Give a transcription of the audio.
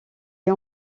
est